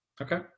okay